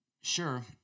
Sure